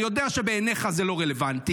אני יודע שבעיניך זה לא רלוונטי.